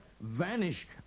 vanish